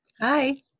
hi